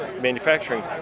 Manufacturing